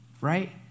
right